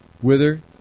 whither